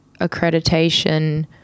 accreditation